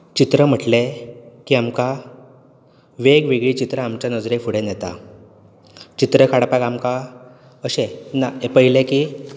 चित्र म्हणटलें की आमकां वेग वेगळी चित्रां आमच्या नजरे फुड्यान येता चित्र काडपाक आमकां अशें ना ये पळयल्ले की